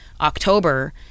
October